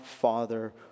Father